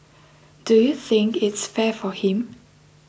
do you think its fair for him